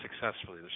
successfully